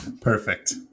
Perfect